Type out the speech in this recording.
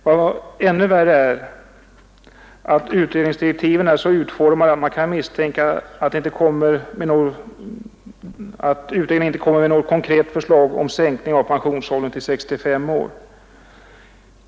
Men ännu värre är, att utredningsdirektiven är så utformade att man kan misstänka att utredningen inte kommer med något konkret förslag om sänkning av pensionsåldern till 65 år.